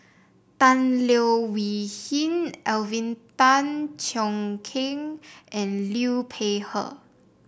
Tan Leo Wee Hin Alvin Tan Cheong Kheng and Liu Peihe